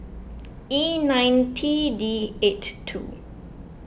E nine T D eight two